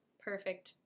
perfect